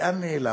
לאן נעלמת?